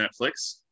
Netflix